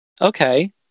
Okay